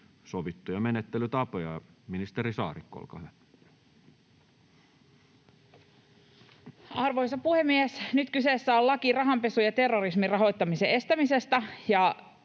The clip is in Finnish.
sovittuja menettelytapoja. — Ministeri Saarikko, olkaa hyvä. Arvoisa puhemies! Nyt kyseessä on laki rahanpesun ja terrorismin rahoittamisen estämisestä.